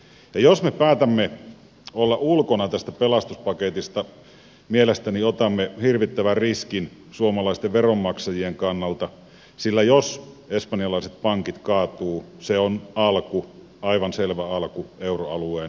jos me päätämme olla ulkona tästä pelastuspaketista mielestäni otamme hirvittävän riskin suomalaisten veronmaksajien kannalta sillä jos espanjalaiset pankit kaatuvat se on alku aivan selvä alku euroalueen hajoamiselle